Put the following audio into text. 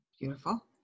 Beautiful